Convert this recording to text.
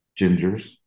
gingers